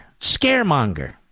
Scaremonger